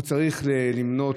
הוא צריך למנות,